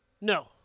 No